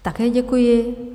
Také děkuji.